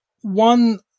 one